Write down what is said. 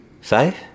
Five